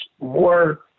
more